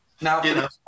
Now